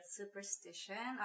superstition